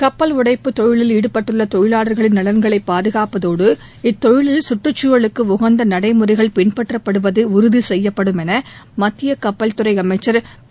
கப்பல் உடைப்புத் தொழிலில் ஈடுபட்டுள்ள தொழிலாளர்களின் நலன்களை பாதுகாப்பதோடு இத்தொழிலில் சுற்றுச்சூழலுக்கு உகந்த நடைமுறைகள் பின்பற்றப்படுவது உறுதி செய்யப்படும் என மத்திய கப்பல்துறை அமைச்சர் திரு